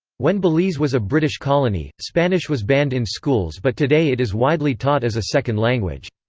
when belize was a british colony, spanish was banned in schools but today it is widely taught as a second language.